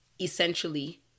essentially